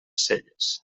celles